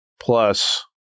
plus